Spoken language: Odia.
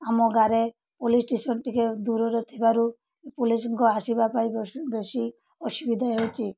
ଆମ ଗାଁରେ ପୋଲିସ ଷ୍ଟେସନ ଟିକେ ଦୂରରେ ଥିବାରୁ ପୋଲିସଙ୍କ ଆସିବା ପାଇଁ ବେଶୀ ଅସୁବିଧା ହେଉଛି